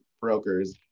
brokers